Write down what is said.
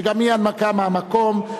שגם היא בהנמקה מהמקום,